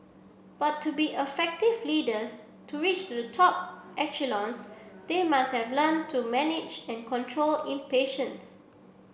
but to be effective leaders to reach the top echelons they must learn to manage and control in impatience